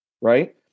Right